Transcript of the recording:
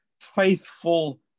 faithful